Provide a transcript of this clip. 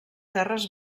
terres